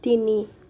তিনি